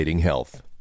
health